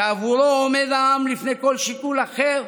שעבורו עומד העם לפני כל שיקול אחר,